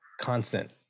constant